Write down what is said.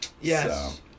Yes